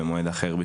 במועד אחר,